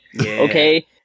Okay